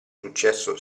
successo